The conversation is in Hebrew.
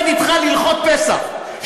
להלכות פסח,